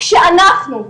כשאנחנו,